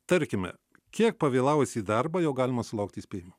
tarkime kiek pavėlavus į darbą jau galima sulaukti įspėjimo